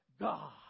God